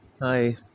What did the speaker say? Hi